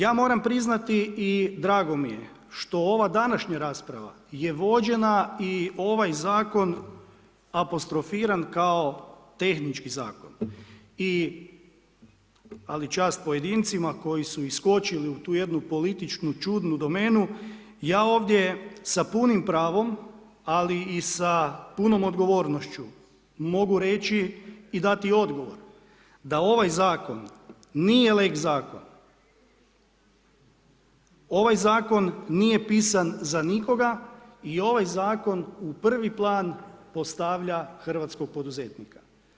Ja moram priznati i drago mi je što ova današnja rasprava je vođena i ovaj Zakon apostrofiran kao tehnički zakon i, ali čast pojedincima koji su iskočili u tu jednu političku čudnu domenu, ja ovdje sa punim pravom, ali i sa punom odgovornošću mogu reći i dati odgovor da ovaj zakon nije leg zakon, ovaj zakon nije pisan za nikoga i ovaj zakon u prvi plan postavlja hrvatskog poduzetnika.